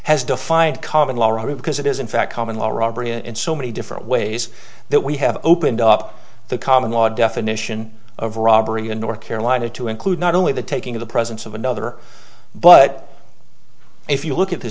defined common law it because it is in fact common law robbery and so many different ways that we have opened up the common law definition of robbery in north carolina to include not only the taking of the presence of another but if you look at